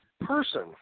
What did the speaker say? person